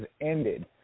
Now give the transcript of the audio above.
ended